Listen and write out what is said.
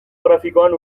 grafikoan